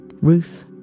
Ruth